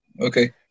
Okay